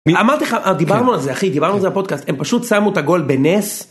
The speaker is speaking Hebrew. אמרתי לך, דיברנו על זה אחי, דיברנו על זה בפודקאסט, הם פשוט שמו את הגול בנס.